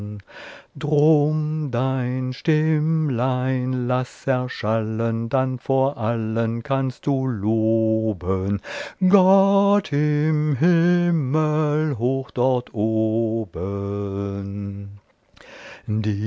dein stimmlein laß erschallen dann vor allen kannst du loben gott im himmel hoch dort oben